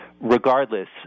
regardless